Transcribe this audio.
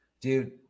Dude